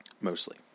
Mostly